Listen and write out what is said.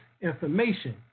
information